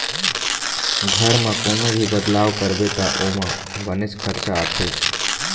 घर म कोनो भी बदलाव करबे त ओमा बनेच खरचा आथे